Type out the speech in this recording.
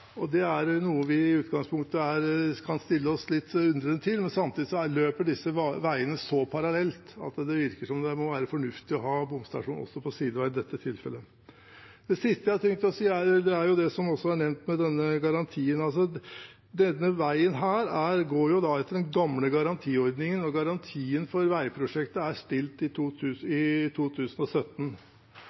og det er noe vi i utgangspunktet kan stille oss litt undrende til. Samtidig løper disse veiene så parallelt at det virker som det må være fornuftig å ha bomstasjon også på sidevei i dette tilfellet. Det siste jeg har tenkt å si, er det som også er nevnt tidligere, om garanti. Denne veien går etter den gamle garantiordningen, og garantien for veiprosjektet er stilt i 2017. Som det ble sagt her, er det vedtaket som ble fattet i